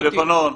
בלבנון.